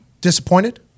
disappointed